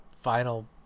final